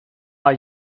are